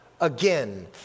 again